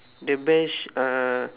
the bench uh